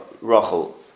Rachel